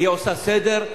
היא עושה סדר.